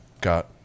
got